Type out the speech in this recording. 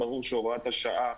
ברור שהוראת השעה